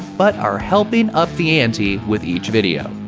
but are helping up the ante with each video.